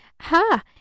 Ha